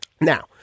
Now